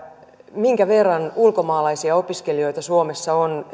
minkä verran ulkomaalaisia opiskelijoita suomessa on